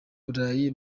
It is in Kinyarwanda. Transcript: burayi